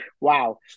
Wow